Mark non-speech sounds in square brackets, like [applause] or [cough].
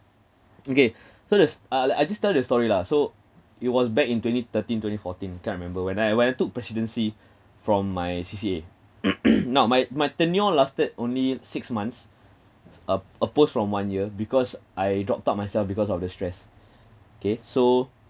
okay [breath] so there's ah I just tell the story lah so it was back in twenty thirteen twenty fourteen can't remember when I when I took presidency from my C_C_A [coughs] not my my tenure lasted only six months op~ opposed from one year because I dropped out myself because of the stress okay so